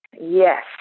Yes